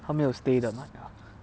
她没有 stay the night ah